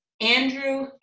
Andrew